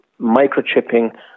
microchipping